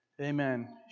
Amen